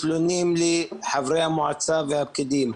מתלוננים לחברי המועצה והפקידים.